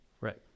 right